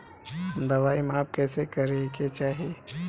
दवाई माप कैसे करेके चाही?